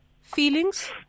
Feelings